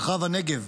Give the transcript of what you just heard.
במרחב הנגב,